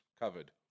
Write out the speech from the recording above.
covered